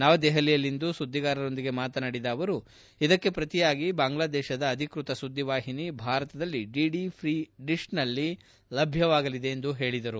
ನವದೆಪಲಿಯಲ್ಲಿಂದು ಸುದ್ದಿಗಾರರೊಂದಿಗೆ ಮಾತನಾಡಿದ ಜಾವಡೇಕರ್ ಇದಕ್ಕೆ ಪ್ರತಿಯಾಗಿ ಬಾಂಗ್ಲಾದೇಶದ ಅಧಿಕೃತ ಸುದ್ದಿವಾಹಿನಿ ಭಾರತದಲ್ಲಿ ಡಿಡಿ ಫ್ರೀ ಡಿಶ್ನಲ್ಲಿ ಲಭ್ಯವಾಗಲಿದೆ ಎಂದು ಹೇಳಿದರು